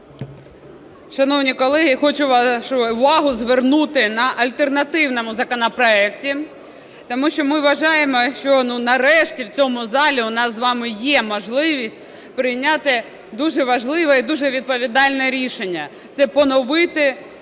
Н.Ю. Колеги, хочу вашу увагу звернути на альтернативний законопроект, тому що ми вважаємо, що нарешті в цьому залі у нас з вами є можливість прийняти дуже важливе і дуже відповідальне рішення – це поновити